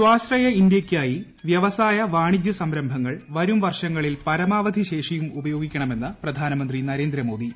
സ്വാശ്രയ ഇന്ത്യയ്ക്കായി വൃവസായ വാണിജ്യ സംരംഭങ്ങൾ വരും വർഷങ്ങളിൽ പരമാവധി ശേഷിയും ഉപയോഗിക്കണമെന്ന് പ്രധാനന്ത്രി നരേന്ദ്രമോദി